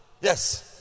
yes